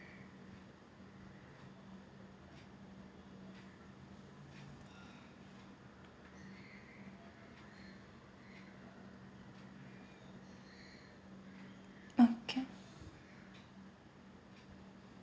okay